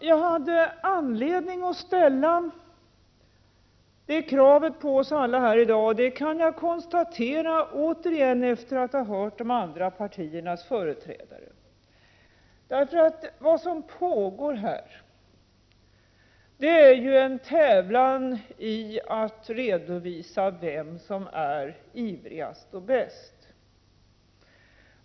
Jag hade anledning att ställa det kravet på oss alla här i dag, och jag kan säga det igen efter att ha hört de andra partiernas företrädare. Vad som pågår här är en tävlan i att redovisa vem som är ivrigast och bäst.